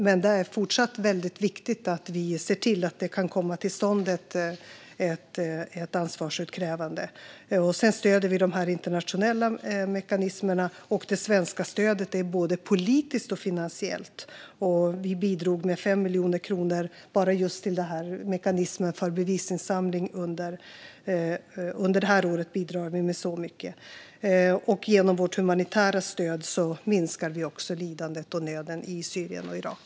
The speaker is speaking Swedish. Men det är fortfarande viktigt att vi ser till att ett ansvarsutkrävande kan komma till stånd. Vi stöder de internationella mekanismerna. Det svenska stödet är både politiskt och finansiellt. Vi bidrar med 5 miljoner kronor bara till mekanismen för bevisinsamling under det här året. Genom vårt humanitära stöd minskar vi också lidandet och nöden i Syrien och Irak.